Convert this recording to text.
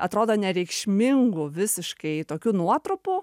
atrodo nereikšmingų visiškai tokių nuotrupų